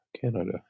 Canada